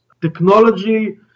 technology